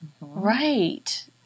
Right